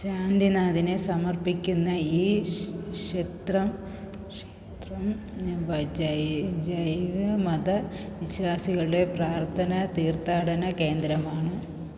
ശാന്തിനാഥന് സമർപ്പിക്കുന്ന ഈ ക്ഷേത്രം ജൈനമത വിശ്വാസികളുടെ പ്രാർത്ഥന തീർത്ഥാടന കേന്ദ്രമാണ്